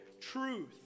truth